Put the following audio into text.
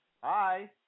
Hi